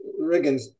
Riggins